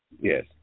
Yes